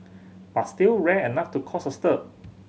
but still rare enough to cause a stir